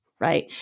right